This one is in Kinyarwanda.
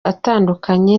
atandukanye